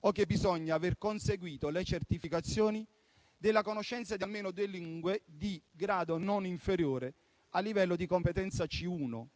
o che abbia conseguito le certificazioni della conoscenza di almeno due lingue di grado non inferiore al livello di competenza C1,